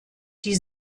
die